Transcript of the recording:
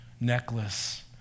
necklace